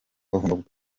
ubunyobwa